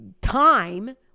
time